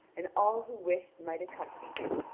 and all who wished might accompany him.